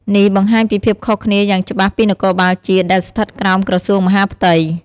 នេះបង្ហាញពីភាពខុសគ្នាយ៉ាងច្បាស់ពីនគរបាលជាតិដែលស្ថិតក្រោមក្រសួងមហាផ្ទៃ។